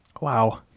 Wow